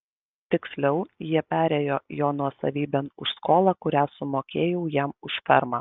tiksliau jie perėjo jo nuosavybėn už skolą kurią sumokėjau jam už fermą